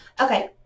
Okay